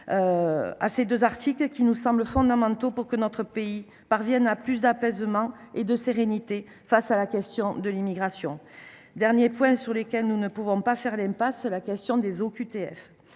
à ces deux articles : ils nous semblent en effet fondamentaux pour que notre pays aborde avec plus d’apaisement et de sérénité la question de l’immigration. Dernier point sur lequel nous ne pouvons pas faire l’impasse : la question des OQTF,